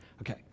Okay